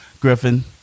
Griffin